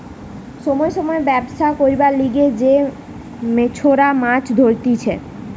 সময় সময় ব্যবছা করবার লিগে যে মেছোরা মাছ ধরতিছে